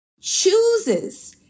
chooses